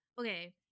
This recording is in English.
okay